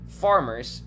farmers